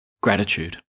gratitude